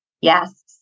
Yes